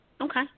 Okay